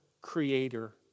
creator